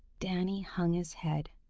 danny hung his head.